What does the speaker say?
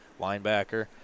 linebacker